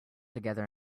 together